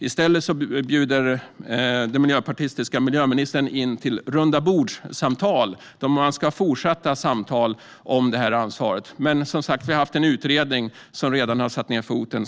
I stället bjuder den miljöpartistiska miljöministern in till fortsatta rundabordssamtal om det här ansvaret - när vi som sagt har haft en utredning som redan har satt ned foten.